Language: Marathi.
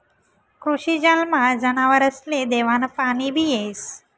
कृषी जलमा जनावरसले देवानं पाणीबी येस